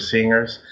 Singers